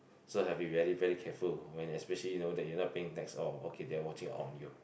so have to be very very careful when especially you know that you are not paying tax at all they are watching on you